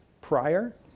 prior